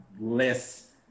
less